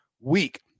week